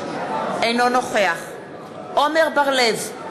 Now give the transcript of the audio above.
אינו נוכח עמר בר-לב,